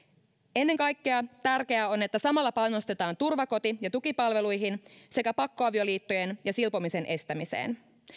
ennen kaikkea tärkeää on että samalla panostetaan turvakoti ja tukipalveluihin sekä pakkoavioliittojen ja silpomisen estämiseen